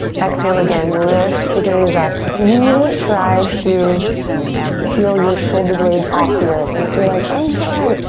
exhale again. lift the gaze up. really try to peel your shoulder blades off the earth. and if you're like, i'm trying.